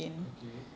okay